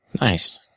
Nice